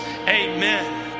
Amen